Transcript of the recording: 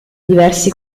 diversi